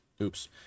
Oops